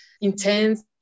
intense